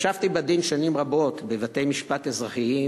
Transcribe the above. ישבתי בדין שנים רבות, בבתי-משפט אזרחיים